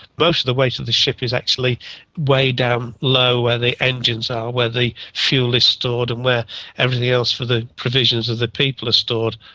most of the weight of the ship is actually way down low where the engines are, where the fuel is stored and where everything else for the provisions of the people are stored.